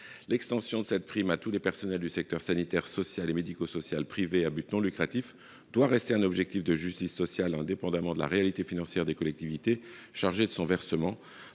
élargissement de la prime à tous les personnels du secteur sanitaire, social et médico social privé à but non lucratif doit rester un objectif de justice sociale, indépendamment de la réalité financière des collectivités chargées de son versement.